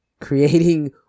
creating